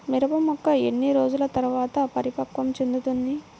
మిరప మొక్క ఎన్ని రోజుల తర్వాత పరిపక్వం చెందుతుంది?